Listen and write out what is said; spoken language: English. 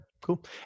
cool